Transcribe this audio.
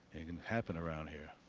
and can happen around here.